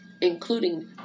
Including